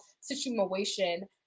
situation